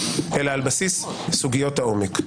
אלא על בסיס סוגיות העומק.